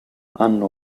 hanno